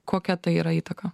kokia tai yra įtaka